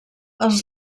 els